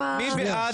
מי בעד?